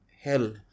hell